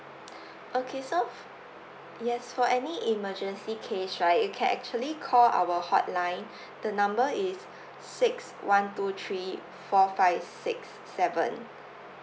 okay so yes for any emergency case right you can actually call our hotline the number is six one two three four five six seven